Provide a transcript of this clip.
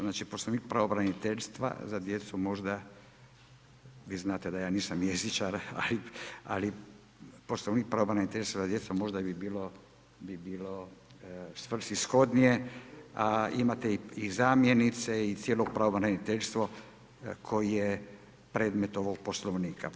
Znači, Poslovnik pravobraniteljstva za djecu možda, vi znate da ja nisam jezičar, ali Poslovnik pravobraniteljstva za djecu možda bi bilo svrsishodnije, a imate i zamjenice i cijelo pravobraniteljstvo koje je predmet ovog Poslovnika.